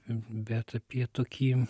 bet apie tokį